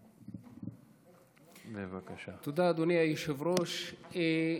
תודה, אדוני היושב-ראש.